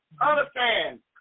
Understand